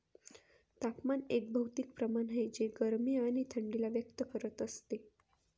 तापमान एक भौतिक प्रमाण आहे जे गरमी आणि थंडी ला व्यक्त करत असते